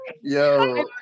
Yo